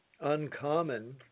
uncommon